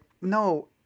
no